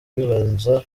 bibanza